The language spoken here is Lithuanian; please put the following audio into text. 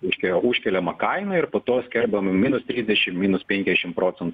reiškia užkeliama kaina ir po to skelbiama minus trisdešim minus penkiašim procen